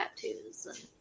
tattoos